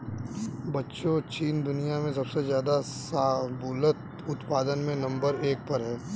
बच्चों चीन दुनिया में सबसे ज्यादा शाहबूलत उत्पादन में नंबर एक पर है